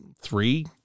three